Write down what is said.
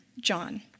John